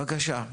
בבקשה.